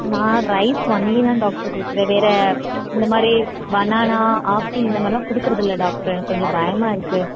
நான் rice only தான் doctor கொடுக்குறேன் வேறு இந்த மாதிரி பனானா ஆப்பிள் இந்த மாதிரிலாம் கொடுக்குறதில்ல டாக்டர் எனக்கு கொஞ்சம் பயமாக இருக்குது